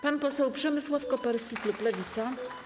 Pan poseł Przemysław Koperski, klub Lewica.